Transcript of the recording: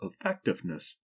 effectiveness